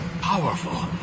powerful